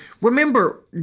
Remember